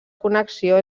connexió